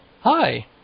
Hi